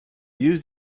use